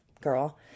girl